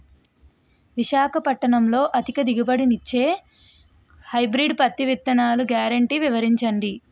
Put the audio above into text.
విశాఖపట్నంలో అధిక దిగుబడి ఇచ్చే హైబ్రిడ్ పత్తి విత్తనాలు గ్యారంటీ వివరించండి?